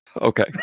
Okay